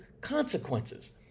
consequences